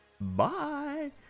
Bye